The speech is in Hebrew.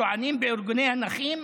טוענים בארגוני הנכים,